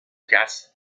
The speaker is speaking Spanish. jazz